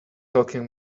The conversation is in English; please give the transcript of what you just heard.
talking